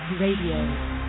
Radio